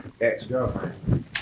ex-girlfriend